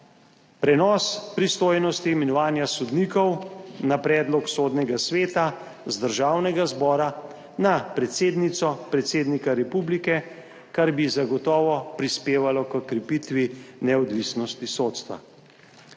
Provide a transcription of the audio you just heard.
prenos pristojnosti imenovanja sodnikov na predlog Sodnega sveta z Državnega zbora na predsednico ali predsednika republike, kar bi zagotovo prispevalo h krepitvi neodvisnosti sodstva